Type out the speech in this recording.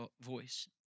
voice